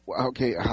okay